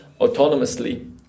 autonomously